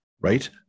right